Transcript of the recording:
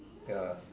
ya